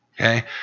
Okay